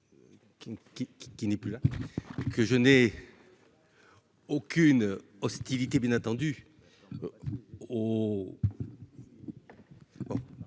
qui n'est plus là, que je n'ai. Aucune hostilité ben attendu. Oh.